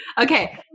Okay